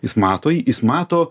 jis mato jis mato